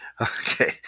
Okay